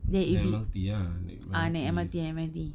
then if it ah naik M_R_T M_R_T